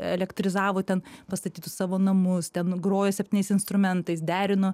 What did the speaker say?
elektrizavo ten pastatytus savo namus ten grojo septyniais instrumentais derino